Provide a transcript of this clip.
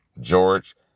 George